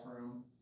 room